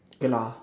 okay lah